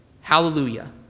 Hallelujah